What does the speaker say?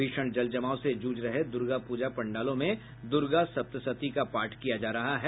भीषण जल जमाव से जूझ रहे दुर्गा पूजा पंडालों में दुर्गा सप्तसती का पाठ किया जा रहा है